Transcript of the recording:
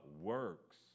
works